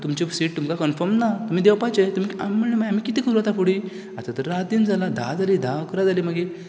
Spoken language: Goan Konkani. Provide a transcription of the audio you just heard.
तुमचें सीट तुमकां कन्फर्म ना तुमी देवपाचें तुमी आम म्हणलें मागीर आमी कितें कोरूं आतां फुडें आतां तर रातीन जालां धा जालीं धा अकरा जालीं मागीर राती जाल्या